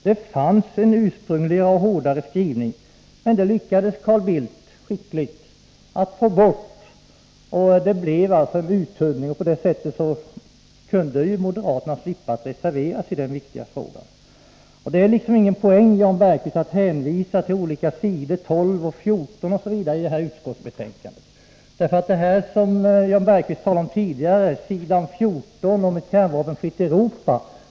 Det fanns ursprungligen en hårdare skrivning, men den lyckades Carl Bildt skickligt få bort, och det blev alltså en uttunning. På det sättet kunde moderaterna slippa reservera sig i den viktiga frågan. Det ger inga poäng, Jan Bergqvist, att hänvisa till olika sidor i utskottsbetänkandet. Jan Bergqvist tog upp vad som sägs på s. 14 i betänkandet om ett kärnvapenfritt Europa.